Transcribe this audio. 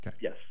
yes